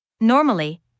Normally